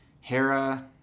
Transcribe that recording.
Hera